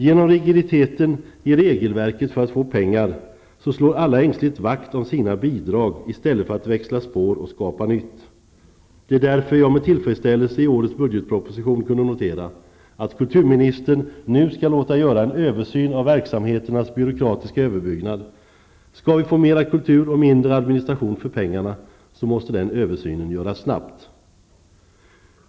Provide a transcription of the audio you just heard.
Genom rigiditeten i regelverket för att få pengar slår alla ängsligt vakt om sina bidrag i stället för att växla spår och skapa nytt. Det är därför jag med tillfredsställelse i årets budgetproposition kan notera att kulturministern nu skall låta göra en översyn av verksamheternas byråkratiska överbyggnad. Skall vi få mera kultur och mindre administration för pengarna, måste den översynen göras snabbt.